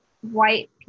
white